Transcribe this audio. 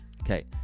Okay